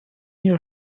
jahr